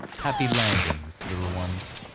happy landings, little ones.